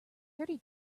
thirty